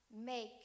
make